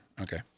Okay